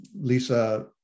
Lisa